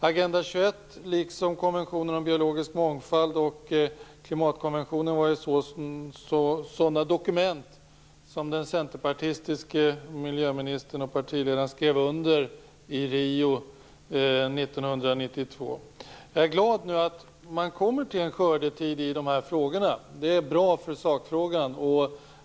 Agenda 21 liksom konventionen om biologisk mångfald och klimatkonventionen var sådana dokument som den centerpartistiske miljöministern och partiledaren skrev under i Rio 1992. Jag är glad att man nu kommer till en skördetid i de här frågorna - det är bra för sakfrågan.